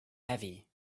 heavy